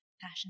passion